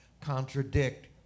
contradict